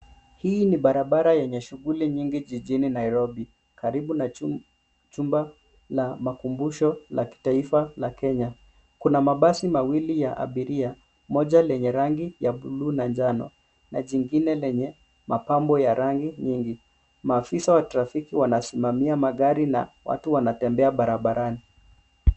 Hii ni barabara yenye shughuli nyingi jijini Nairobi karibu na chumba la makumbusho la kitaifa la Kenya. Kuna mabasi mawili ya abiria, moja lenye rangi ya buluu na njano na jingile lenye mapambo ya rangi nyingi. Maafisa wa trafiki wanasimamia magari na watu wanatembea barabarani.